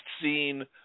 seen